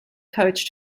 coach